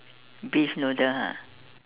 beef noodles ah